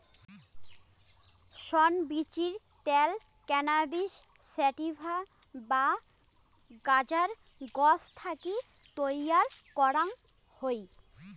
শন বীচির ত্যাল cannabis sativa বা গাঁজার গছ থাকি তৈয়ার করাং হই